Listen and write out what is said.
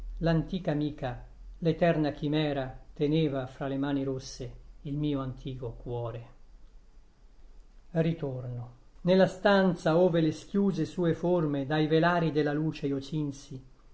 l'antica amica l'eterna chimera teneva fra le mani rosse il mio antico cuore ritorno nella stanza ove le schiuse sue forme dai velarii della luce io cinsi